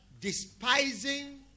despising